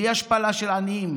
בלי השפלה של עניים.